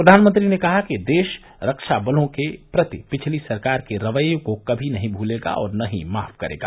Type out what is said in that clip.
प्रधानमंत्री ने कहा कि देश रक्षा बलों के प्रति पिछली सरकार के रवैये को कभी नहीं भूलेगा और न ही माफ करेगा